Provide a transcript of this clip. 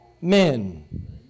men